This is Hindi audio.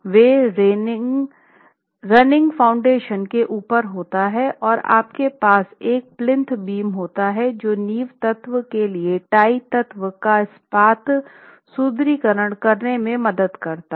वे रनिंग फाउंडेशन के ऊपर होते हैं और आपके पास एक प्लिंथ बीम होता है जो नींव तत्व के लिए टाई तत्वों का इस्पात सुदृढीकरण करने में मदद करता है